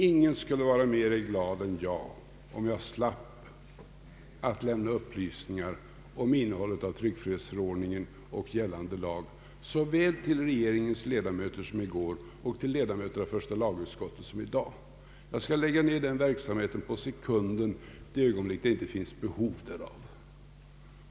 Ingen skulle vara gladare än jag om jag slapp att lämna upplysningar om innehållet i tryckfrihetsförordningen och gällande lag såväl till regeringens ledamöter, såsom i går, som till ledamöter i första lagutskottet, såsom i dag. Jag skall lägga ner denna verksamhet på sekunden i det ögonblick det inte finns behov av den.